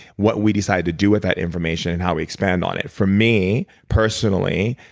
what we decide to do with that information, and how we expand on it? for me, personally,